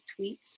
tweets